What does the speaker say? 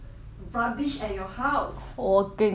我跟你讲我有一个朋友